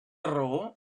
raó